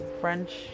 French